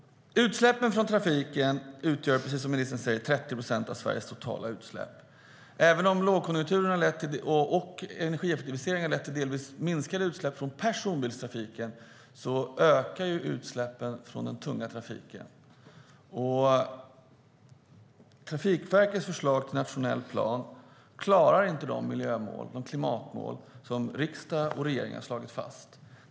Utsläppen från trafiken utgör, precis som ministern säger, 30 procent av Sveriges totala utsläpp. Även om lågkonjunkturen och energieffektiviseringen har lett till delvis minskade utsläpp från personbilstrafiken ökar utsläppen från den tunga trafiken. Trafikverkets förslag till nationell plan klarar inte de miljö och klimatmål som riksdag och regering har slagit fast.